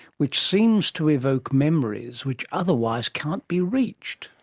which seems to evoke memories which otherwise can't be reached.